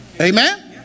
Amen